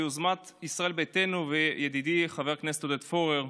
ביוזמת ישראל ביתנו וידידי חבר הכנסת עודד פורר,